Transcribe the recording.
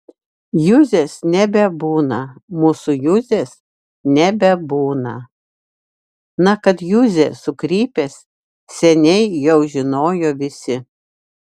juzės nebebūna mūsų juzės nebebūna na kad juzė sukrypęs seniai jau žinojo visi